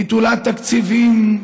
נטולת תקציבים,